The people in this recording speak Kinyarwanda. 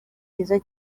byiza